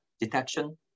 detection